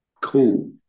Cool